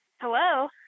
hello